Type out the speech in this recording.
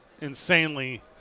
insanely